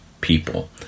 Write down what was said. people